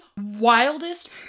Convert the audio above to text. wildest